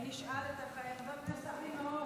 אדוני היושב-ראש,